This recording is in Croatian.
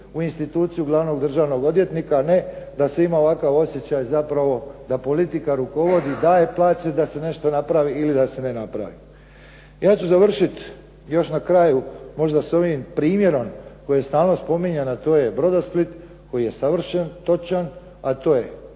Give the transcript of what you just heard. u instituciju glavnog državnog odvjetnika, a ne da se ima ovakav osjećaj zapravo da politika rukovodi i daje plaće da se nešto napravi ili da se ne napravi. Ja ću završiti još na kraju možda sa ovim primjerom koji je stalno spominjan a to je "Brodosplit" koji je savršen, točan, a to je